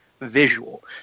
visual